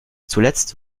zuletzt